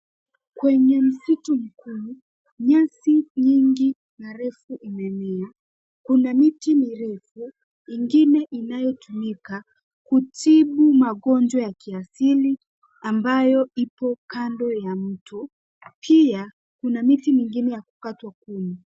Kwenye msitu mkuu, nyasi nyingi na refu imemea. Kuna miti mirefu ingine inayotumika kutibu magonjwa ya kiasili ambayo ipo kando ya mto. Pia kuna miti mingine ya kukatwa kuni.